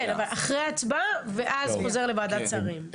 אחרי הצבעה, ואז חוזר לוועדת השרים.